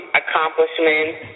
accomplishments